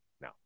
No